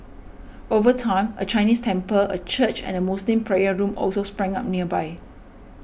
over time a Chinese temple a church and a Muslim prayer room also sprang up nearby